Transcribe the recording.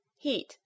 Heat